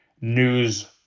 news